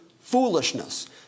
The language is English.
foolishness